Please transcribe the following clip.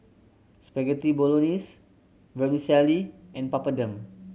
Spaghetti Bolognese Vermicelli and Papadum